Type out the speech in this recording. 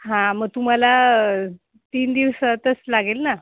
हां मग तुम्हाला तीन दिवसातच लागेल ना